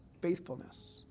faithfulness